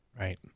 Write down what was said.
Right